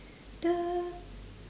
the